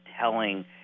telling